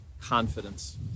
confidence